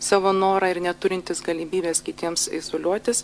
savo norą ir neturintys galimybės kitiems izoliuotis